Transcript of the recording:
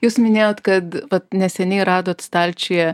jūs minėjot kad vat neseniai radot stalčiuje